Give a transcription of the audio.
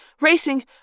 racing